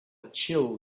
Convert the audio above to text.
chill